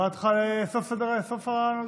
זה סדר הדוברים.